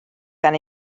gan